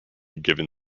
given